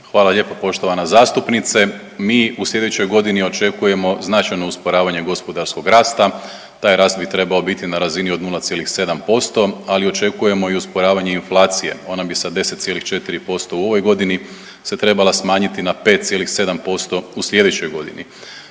Hvala lijepo poštovana zastupnice. Mi u sljedećoj godini očekujemo značajno usporavanje gospodarskog rasta. Taj rast bi trebao biti na razini od 0,7% ali očekujemo i usporavanje inflacije. Ona bi sa 10,4% u ovoj godini se trebala smanjiti na 5,7% u sljedećoj godini.